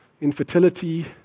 infertility